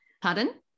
Pardon